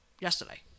yesterday